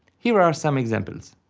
here are some examples